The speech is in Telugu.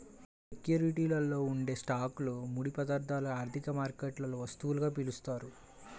సెక్యూరిటీలలో ఉండే స్టాక్లు, ముడి పదార్థాలను ఆర్థిక మార్కెట్లలో వస్తువులుగా పిలుస్తారు